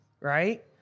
right